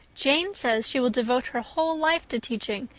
jane says she will devote her whole life to teaching,